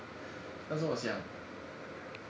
但是我想